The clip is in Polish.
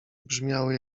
brzmiały